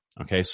okay